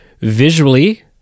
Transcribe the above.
Visually